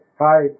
hi